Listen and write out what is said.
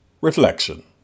Reflection